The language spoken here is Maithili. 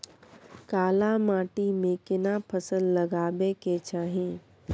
काला माटी में केना फसल लगाबै के चाही?